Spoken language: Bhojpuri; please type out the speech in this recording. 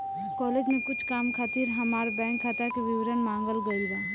कॉलेज में कुछ काम खातिर हामार बैंक खाता के विवरण मांगल गइल बा